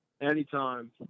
Anytime